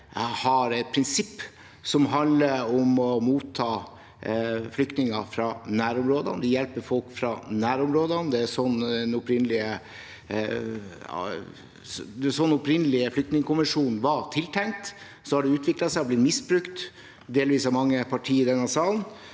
har et prinsipp som handler om å motta flyktninger fra nærområdene. Vi hjelper folk fra nærområdene. Det er sånn den opp rinnelige flyktningkonvensjonen var tenkt. Så har den utviklet seg og blitt misbrukt, delvis av mange partier i denne salen